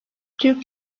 türk